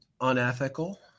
unethical